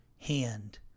hand